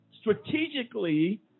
strategically